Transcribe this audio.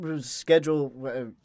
schedule